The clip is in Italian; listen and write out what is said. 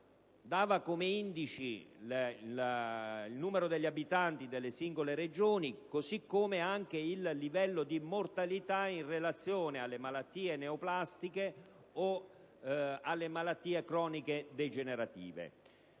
come indici il numero degli abitanti delle singole Regioni e anche il livello di mortalità in relazione alle malattie neoplastiche o croniche degenerative.